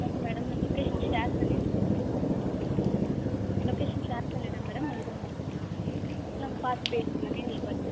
okay madam நான் location share பண்ணிடுறேன் ம் லொக்கேஷன் ஷேர் பண்ணிடுறேன் மேடம் வந்துருங்கள் இல்லை மேம் பார்த்து பேசிக்கலாம் நேரில் பார்த்து பேசி